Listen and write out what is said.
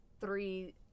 three